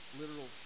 literal